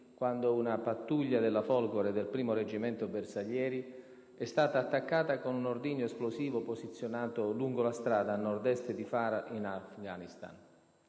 quando una pattuglia della Folgore e del 1° Reggimento Bersaglieri è stata attaccata con un ordigno esplosivo, posizionato lungo la strada, a nord-est di Farah, in Afghanistan.